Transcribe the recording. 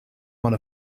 one